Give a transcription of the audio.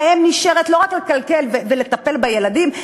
האם נשארת לא רק לכלכל ולטפל בילדים,